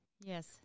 Yes